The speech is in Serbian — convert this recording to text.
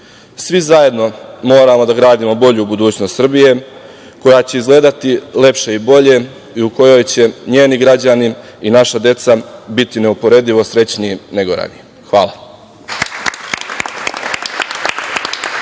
Svi zajedno moramo da gradimo bolju budućnost Srbije, koja će izgledati lepše i bolje i u kojoj će njeni građani i naša deca biti neuporedivo srećniji nego ranije. Hvala.